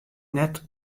net